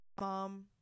Mom